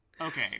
okay